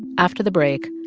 after the break,